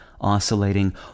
oscillating